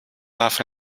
darf